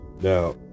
Now